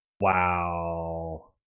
Wow